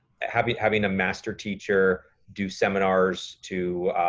having having a master teacher do seminars to,